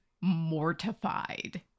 mortified